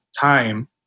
time